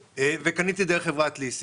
וקניתי דרך חברת ליסינג.